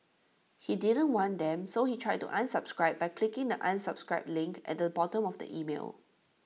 he didn't want them so he tried to unsubscribe by clicking the unsubscribe link at the bottom of the email